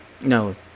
no